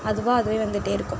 அதுவாக அதுவே வந்துகிட்டே இருக்கும்